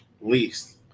least